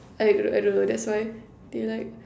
I don't I don't know that's why daylight